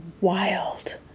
wild